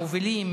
למובילים,